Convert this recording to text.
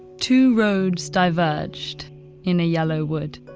two roads diverged in a yellow wood,